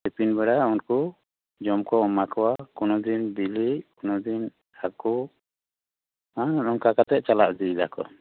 ᱛᱤᱠᱤᱱ ᱵᱮᱲᱟ ᱩᱱᱠᱩ ᱡᱚᱢ ᱠᱚ ᱮᱢᱟ ᱠᱚᱣᱟ ᱠᱳᱱᱳ ᱫᱤᱱ ᱵᱤᱞᱤ ᱠᱳᱱᱳ ᱫᱤᱱ ᱦᱟᱹᱠᱩ ᱦᱮᱸ ᱱᱚᱝ ᱠᱟᱛᱮ ᱪᱟᱞᱟᱣ ᱤᱫᱤᱭᱮᱫᱟ ᱠᱚ